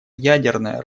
ядерное